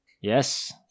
Yes